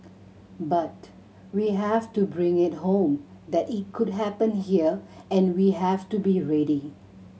but we have to bring it home that it could happen here and we have to be ready